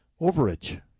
overage